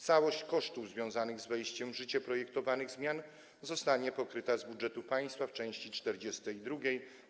Całość kosztów związanych z wejściem w życie projektowanych zmian zostanie pokryta z budżetu państwa w części 42: